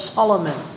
Solomon